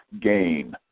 gain